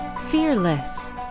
Fearless